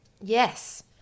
yes